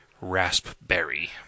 Raspberry